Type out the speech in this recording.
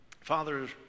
Father